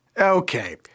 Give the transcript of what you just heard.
Okay